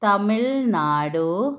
Tamil Nadu